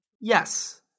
Yes